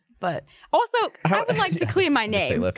but also and like to clear my name,